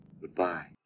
Goodbye